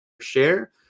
share